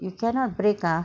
you cannot break ah